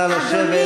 נא לשבת.